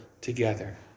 together